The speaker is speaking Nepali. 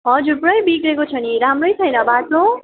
हजुर पुरा बिग्रेको छ नि राम्रो छैन बाटो